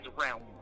realm